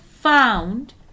found